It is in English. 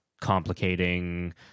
complicating